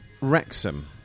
Wrexham